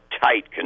tight